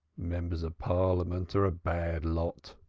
members of parliament are a bad lot!